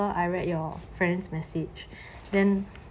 I read your friends message then